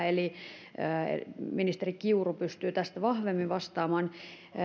eli ministeri kiuru pystyy tästä vahvemmin vastaamaan